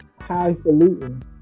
highfalutin